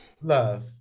Love